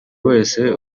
wese